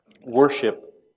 Worship